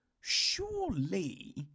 surely